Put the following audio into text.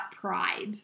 pride